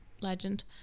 legend